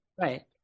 Right